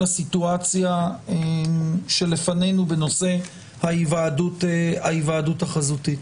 הסיטואציה שלפנינו בנושא ההיוועדות החזותית.